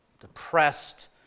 depressed